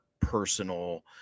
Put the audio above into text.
personal